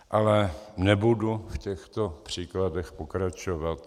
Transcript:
Ale nebudu v těchto příkladech pokračovat.